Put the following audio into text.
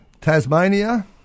Tasmania